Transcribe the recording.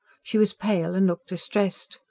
she was pale, and looked distressed.